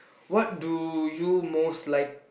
what do you most like